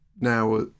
now